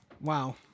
Wow